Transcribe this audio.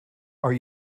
are